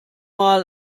mal